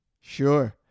Sure